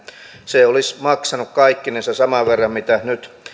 se olisi maksanut kaikkinensa saman verran mitä nyt